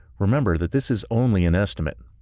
remember that this is only an estimate.